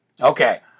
Okay